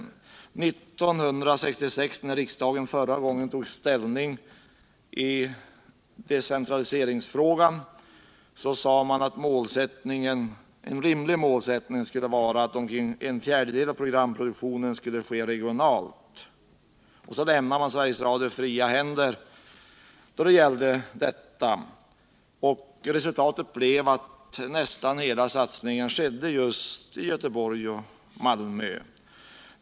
År 1966, då riksdagen förra gången tog ställning i decentraliseringsfrågan, sades det att en rimlig målsättning skulle vara att omkring en fjärdedel av programproduktionen skulle ske regionalt. Och så lämnade man Sveriges Radio fria händer i det avseendet.